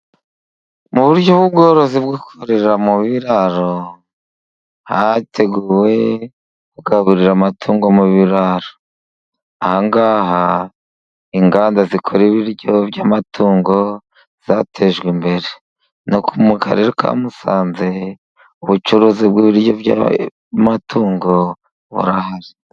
Mu buryo bw'ubworozi bwo mu biraro, hateguwe kugaburira amatungo mu biraro, aha ngaha inganda zikora ibiryo by'amatungo zatejwe imbere, nuko mu karere ka Musanze ubucuruzi bw'ibiryo by'amatungo bura....